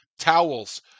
towels